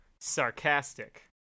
sarcastic